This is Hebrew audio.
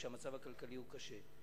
כשהמצב הכלכלי הוא קשה.